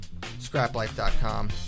Scraplife.com